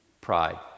pride